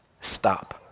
Stop